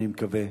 אני מקווה,